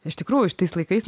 iš tikrųjų šitais laikais